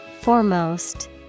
Foremost